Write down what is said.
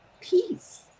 peace